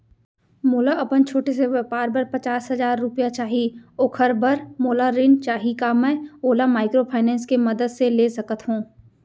मोला अपन छोटे से व्यापार बर पचास हजार रुपिया चाही ओखर बर मोला ऋण चाही का मैं ओला माइक्रोफाइनेंस के मदद से ले सकत हो?